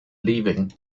leaving